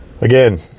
again